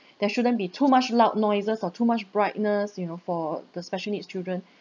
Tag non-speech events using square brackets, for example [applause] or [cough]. [breath] there shouldn't be too much loud noises or too much brightness you know for the special needs children